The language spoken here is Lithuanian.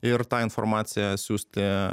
ir tą informaciją siųsti